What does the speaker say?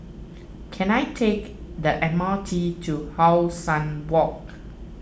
can I take the M R T to How Sun Walk